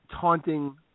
taunting